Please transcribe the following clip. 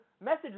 message